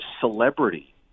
celebrity